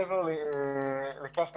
מעבר לכך,